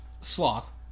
Sloth